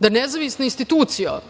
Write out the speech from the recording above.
da nezavisne institucija